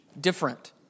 different